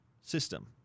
system